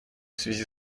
связи